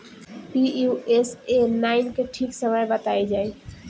Pusa nine के ठीक समय बताई जाई?